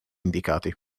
indicati